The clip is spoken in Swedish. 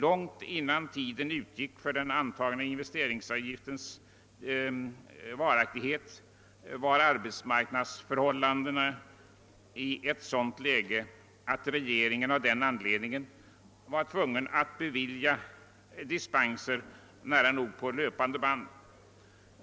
Långt innan tiden hade utgått för den antagna = investeringsavgiftens varaktighet hade arbetsmarknadsförhållandena ändrats så att regeringen var tvungen att bevilja dispenser nära nog på löpande band.